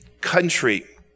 country